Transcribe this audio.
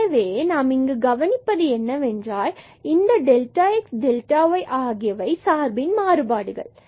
எனவே நாம் இங்கு கவனிப்பது என்னவென்றால் இங்கு இந்த டெல்டாx மற்றும் டெல்டாy ஆகியவை சார்பில் மாறுபாடுகள் ஆகும்